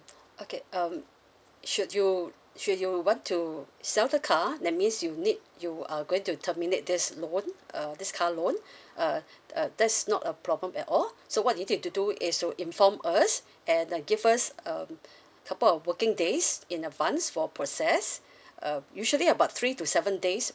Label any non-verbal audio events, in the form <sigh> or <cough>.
okay um should you should you want to sell the car that means you need you are going to terminate this loan uh this car loan <breath> uh uh that's not a problem at all so what you need to do is to inform us and uh give us um couple of working days in advance for process <breath> uh usually about three to seven days